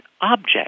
object